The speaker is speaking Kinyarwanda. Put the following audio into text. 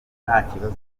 ntakibazo